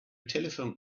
telephoned